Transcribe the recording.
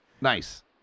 Nice